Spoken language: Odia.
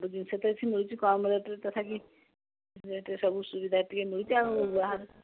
ସବୁ ଜିନିଷ ତ ଏଠି ମିଳୁଛି କମ୍ ରେଟ୍ରେ ତଥାବି ରେଟ୍ରେ ସବୁ ସୁବିଧା ଟିକେ ମିଳୁଛି ଆଉ ବାହାର